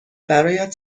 برایت